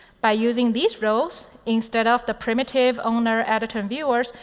by using these roles instead of the primitive owner, editor, and viewers,